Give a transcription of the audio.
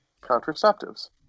Contraceptives